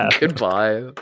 Goodbye